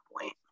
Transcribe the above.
point